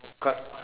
ca~